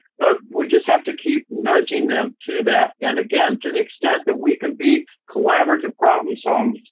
but we just have to keep nudging them to that, and, again, to the extent that we can be collaborative problem solvers,